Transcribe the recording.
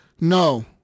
no